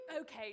Okay